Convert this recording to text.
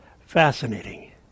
Fascinating